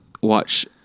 watch